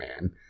man